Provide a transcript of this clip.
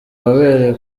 wabereye